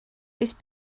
this